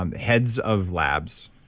and heads of labs,